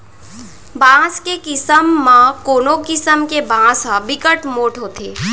बांस के किसम म कोनो किसम के बांस ह बिकट मोठ होथे